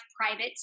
private